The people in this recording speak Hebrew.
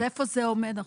איפה זה עומד עכשיו?